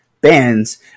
bands